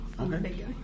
Okay